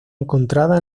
encontrada